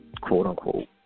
quote-unquote